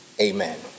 amen